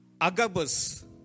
Agabus